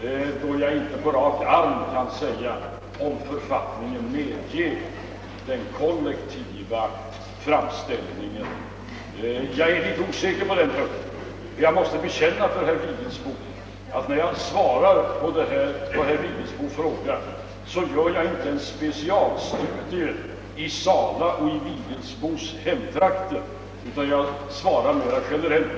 Jag kan inte på rak arm säga om författningen medger en kollektiv framställning; jag är litet osäker beträffande detta. Jag måste bekänna att när jag svarar på herr Vigelsbos fråga gör jag det icke på grundval av någon specialstudie i Sala och herr Vigelsbos hemtrakt utan jag formulerar svaret mera generellt.